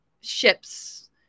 ships